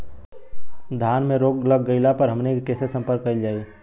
धान में रोग लग गईला पर हमनी के से संपर्क कईल जाई?